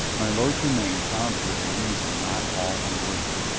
my lord jermyn found her a reason not all unworthy.